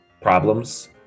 problems